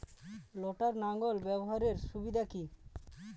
লটার লাঙ্গল ব্যবহারের সুবিধা কি?